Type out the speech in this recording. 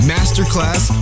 Masterclass